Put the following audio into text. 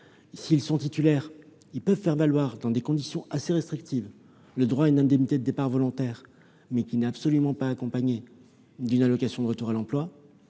S'ils sont titulaires, ils peuvent faire valoir, dans des conditions assez restrictives, le droit à une indemnité de départ volontaire, mais celle-ci n'est absolument pas accompagnée d'une allocation de retour à l'emploi.